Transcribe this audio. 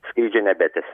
skrydžio nebetęsiam